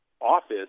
office –